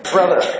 Brother